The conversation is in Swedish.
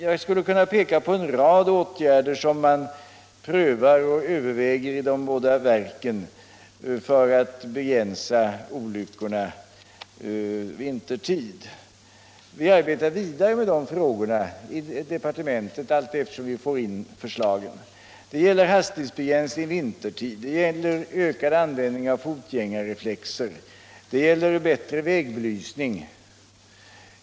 Jag skulle kunna peka på en rad åtgärder som man överväger i de båda verken för att begränsa olyckorna vintertid. Vi arbetar vidare med dessa frågor i departementet allteftersom vi får in förslagen. Det gäller hastighetsbegränsning vintertid. Det gäller ökad användning av fotgängarreflexer. Det gäller bättre vägbelysning.